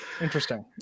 Interesting